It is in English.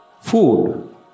Food